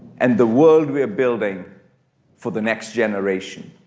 and the world we building for the next generation.